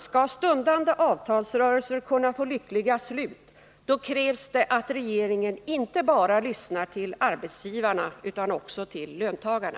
Skall stundande avtalsrörelser kunna få lyckliga slut krävs det att regeringen lyssnar inte bara till arbetsgivarna utan också till löntagarna!